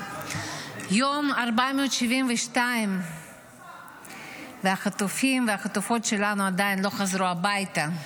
היום ה-472 והחטופים והחטופות שלנו עדיין לא חזרו הביתה.